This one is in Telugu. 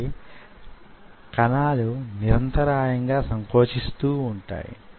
అంతే కాదు కొంత లోతుగా కూడా ఎచ్ అయి వుంటుంది